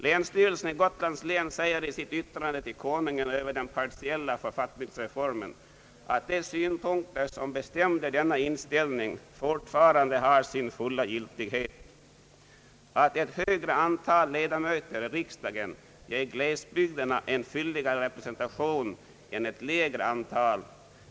Länsstyrelsen i Gotlands län säger i sitt yttrande till Konungen över den partiella författningsreformen att de synpunkter som bestämde denna inställning fortfarande har sin fulla giltighet och att ett större antal ledamöter i riksdagen ger glesbygderna en fylligare representation än ett mindre antal.